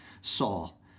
Saul